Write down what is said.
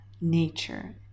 nature